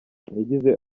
yagize